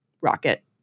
rocket